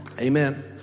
Amen